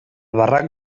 barranc